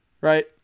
Right